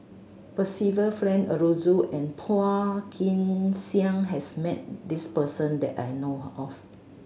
Percival Frank Aroozoo and Phua Kin Siang has met this person that I know of